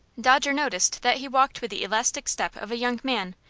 dodger noticed that he walked with the elastic step of a young man,